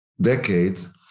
decades